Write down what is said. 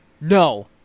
No